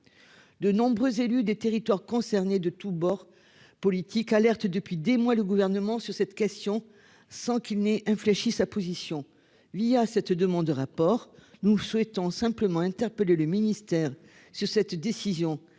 De nombreux élus des territoires concernés de tous bords. Politiques alertent depuis des mois le gouvernement sur cette question sans qu'il n'ait infléchi sa position via cette demande de rapport. Nous souhaitons simplement interpeller le ministère sur cette décision